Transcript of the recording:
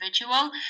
individual